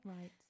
Right